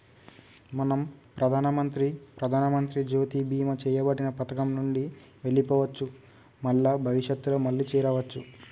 మనం ప్రధానమంత్రి ప్రధానమంత్రి జ్యోతి బీమా చేయబడిన పథకం నుండి వెళ్లిపోవచ్చు మల్ల భవిష్యత్తులో మళ్లీ చేరవచ్చు